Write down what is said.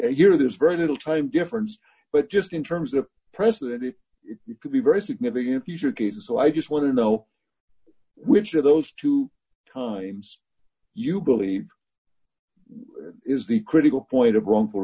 a year there's very little time difference but just in terms of precedent if it could be very significant future cases so i just want to know which of those two times you believe is the critical point of wro